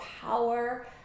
power